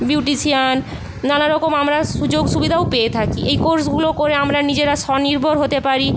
beautician নানা রকম আমরা সুযোগ সুবিধাও পেয়ে থাকি এই কোর্সগুলো করে আমরা নিজেরা স্বনির্ভর হতে পারি